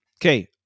Okay